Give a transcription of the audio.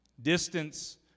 Distance